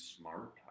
smart